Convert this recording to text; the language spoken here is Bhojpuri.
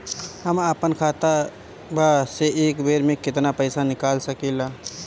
हम आपन खतवा से एक बेर मे केतना पईसा निकाल सकिला?